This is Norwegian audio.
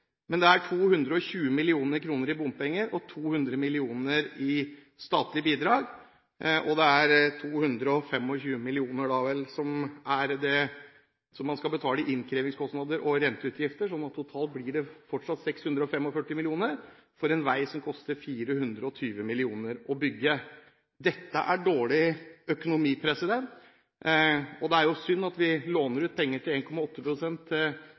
men det skal være 220 mill. kr i bompenger og 200 mill. kr i statlige bidrag. Det er 225 mill. kr som vel er det man skal betale i innkrevingskostnader og renteutgifter. Så totalt blir det fortsatt 645 mill. kr – for en vei som koster 420 mill. kr å bygge. Dette er dårlig økonomi. Det er jo synd at vi låner ut penger til